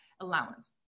allowance